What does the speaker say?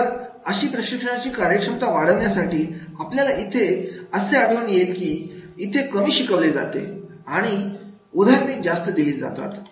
तर अशी प्रशिक्षणाची कार्यक्षमता वाढवण्यासाठी आपल्याला इथे असे आढळून येईल की इथे कमी शिकवले जाते आणि उदाहरणे जास्त दिली जातात